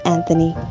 Anthony